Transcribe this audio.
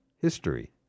history